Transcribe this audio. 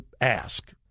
ask